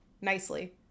nicely